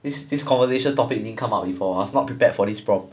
this this conversation topic didn't come out before I was not prepared for this prob